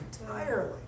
entirely